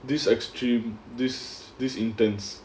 this extreme this this intense